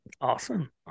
awesome